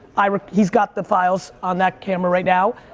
i mean he's got the files on that camera right now.